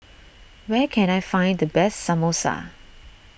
where can I find the best Samosa